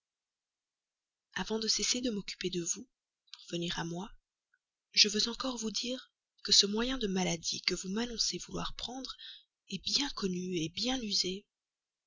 avant de cesser de m'occuper de vous pour venir à moi je veux encore vous dire que ce moyen de maladie que vous m'annoncez vouloir prendre me paraît bien connu bien usé